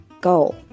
goal